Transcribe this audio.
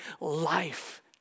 life